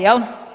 Jel'